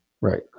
Right